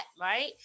right